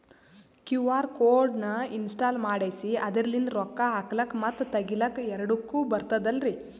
QR code ನ install ಮಾಡೆಸಿ ಅದರ್ಲಿಂದ ರೊಕ್ಕ ಹಾಕ್ಲಕ್ಕ ಮತ್ತ ತಗಿಲಕ ಎರಡುಕ್ಕು ಬರ್ತದಲ್ರಿ?